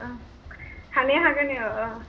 हानाया हागोन औ औ